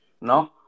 No